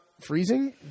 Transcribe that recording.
freezing